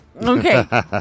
Okay